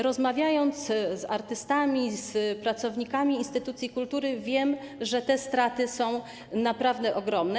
Rozmawiam z artystami, pracownikami instytucji kultury i wiem, że te straty są naprawdę ogromne.